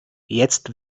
jetzt